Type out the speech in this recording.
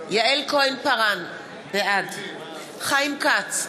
יעל כהן-פארן, בעד חיים כץ,